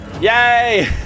Yay